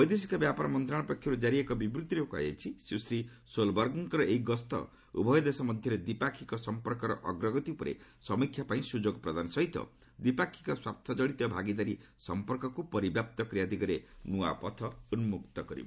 ବୈଦେଶିକ ବ୍ୟାପାରମ ମନ୍ତ୍ରଣାଳୟ ପକ୍ଷରୁ ଜାରି ଏକ ବିବୃଭିରେ କୁହାଯାଇଛି ସୁଶ୍ରୀ ସୋଲବର୍ଗଙ୍କର ଏହି ଗସ୍ତ ଉଭୟ ଦେଶ ମଧ୍ୟରେ ଦ୍ୱିପାକ୍ଷିକ ସମ୍ପର୍କର ଅଗ୍ରଗତି ଉପରେ ସମୀକ୍ଷା ପାଇଁ ସ୍ୱଯୋଗ ପ୍ରଦାନ ସହିତ ଦିପାକ୍ଷିକ ସ୍ୱାର୍ଥ ଜଡିତ ଭାଗିଦାରୀ ସମ୍ପର୍କକୁ ପରିବ୍ୟାପ୍ତ କରିବା ଦିଗରେ ନୂଆପଥ ଉନ୍ମକ୍ତ କରିବ